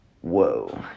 Whoa